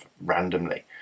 randomly